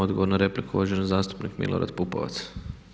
Odgovor na repliku, uvaženi zastupnik Milorad Pupovac.